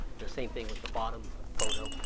the same thing with the bottom photo.